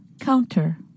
counter